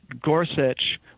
Gorsuch